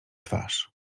twarz